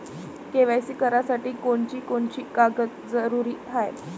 KYC करासाठी कोनची कोनची कागद जरुरी हाय?